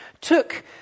took